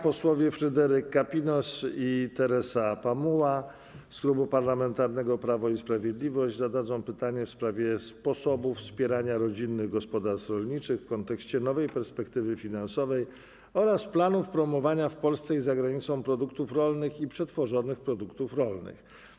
Posłowie Fryderyk Kapinos i Teresa Pamuła z Klubu Parlamentarnego Prawo i Sprawiedliwość zadadzą pytanie w sprawie sposobów wspierania rodzinnych gospodarstw rolniczych w kontekście nowej perspektywy finansowej oraz planów promowania w Polsce i za granicą produktów rolnych i przetworzonych produktów rolnych.